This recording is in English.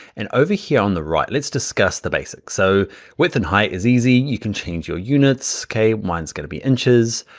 and over here on the right, let's discuss the basics. so width and height is easy, you can change your units, okay. mine's gonna be inches.